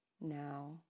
Now